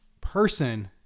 person